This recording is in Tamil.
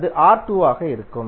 அது ஆர் 2 ஆக இருக்கும்